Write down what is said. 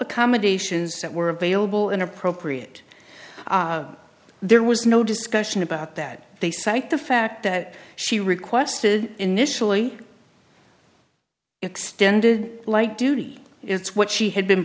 accommodations that were available and appropriate there was no discussion about that they cite the fact that she requested initially extended like duty it's what she had been